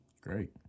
Great